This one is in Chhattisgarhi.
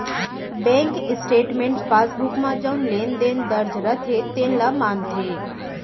बेंक स्टेटमेंट पासबुक म जउन लेन देन दर्ज रथे तेने ल मानथे